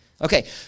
Okay